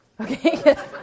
Okay